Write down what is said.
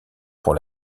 pour